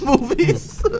movies